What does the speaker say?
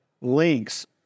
links